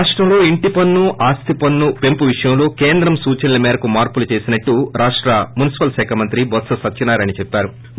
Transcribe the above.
రాష్టంలో ఇంటి పన్ను ఆస్తి పన్ను పెంపు విషయంలో కేంద్రం సూచన మేరకు మార్పులు చేశామని రాష్ట మునిసిపల్ శాఖ మంత్రి బొత్స సత్యనారాయణ చెప్పారు